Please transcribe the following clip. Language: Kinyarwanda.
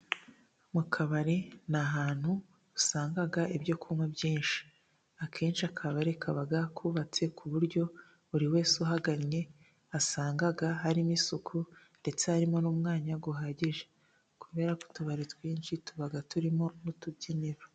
Mu kabari ni ahantu usanga ibyo kunywa byinshi akenshi akabari kaba kubatse ku buryo buri wese uhagannye asanga harimo isuku, ndetse harimo n'umwanya uhagije kubera ko utubari twinshi tuba turimo n'utubyiniro.